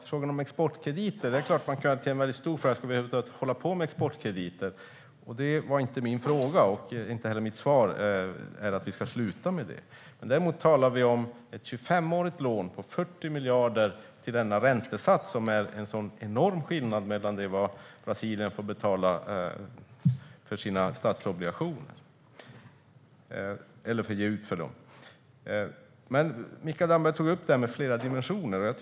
Fru talman! Det är klart att man kan göra detta till en stor fråga om vi över huvud taget ska hålla på med exportkrediter, men det är inte detta min interpellation handlar om. Det var inte min fråga, och mitt svar är heller inte att vi ska sluta med exportkrediter. Här talar vi dock om ett 25-årigt lån om 40 miljarder till en räntesats som skiljer sig enormt från vad Brasilien får ge ut för sina statsobligationer. Mikael Damberg tog upp att det finns flera dimensioner i detta.